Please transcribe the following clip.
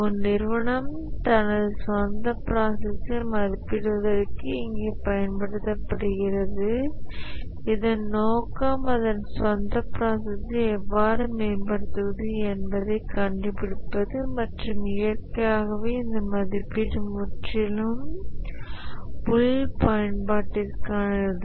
ஒரு நிறுவனம் தனது சொந்த ப்ராசஸ்ஸை மதிப்பிடுவதற்கு இங்கே பயன்படுத்தப்படுகிறது இதன் நோக்கம் அதன் சொந்த ப்ராசஸ்ஸை எவ்வாறு மேம்படுத்துவது என்பதைக் கண்டுபிடிப்பது மற்றும் இயற்கையாகவே இந்த மதிப்பீடு முற்றிலும் உள் பயன்பாட்டிற்கானது